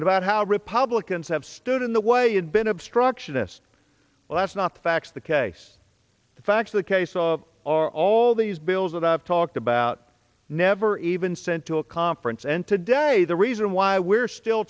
and about how republicans have stood in the way and been obstructionist well that's not the facts the case the facts of the case of our all these bills that i've talked about never even sent to a conference and today the reason why we're still